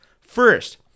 First